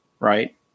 Right